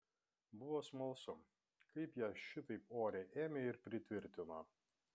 buvo smalsu kaip ją šitaip ore ėmė ir pritvirtino